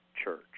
church